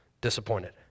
disappointed